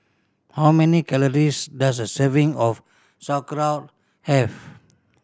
how many calories does a serving of Sauerkraut have